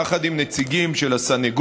יחד עם נציגים של הסנגוריה,